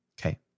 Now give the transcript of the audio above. okay